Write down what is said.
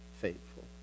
faithful